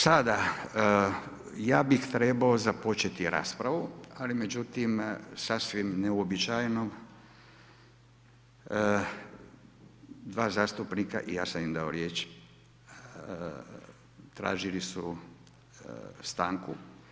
Sada, ja bih trebao započeti raspravu, ali međutim, sasvim neuobičajeno, dva zastupnika i ja sam im dao riječ tražili su stanku.